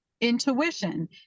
intuition